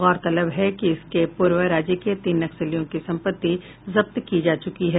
गौरतलब है कि इसके पूर्व राज्य के तीन नक्सलियों की संपत्ति जब्त की जा चुकी है